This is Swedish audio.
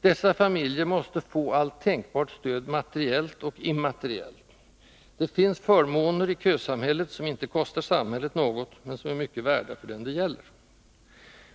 Dessa familjer måste få allt tänkbart stöd, materiellt och immateriellt — det finns förmåner i kösamhället, som inte kostar samhället något, men är mycket värda för den det gäller.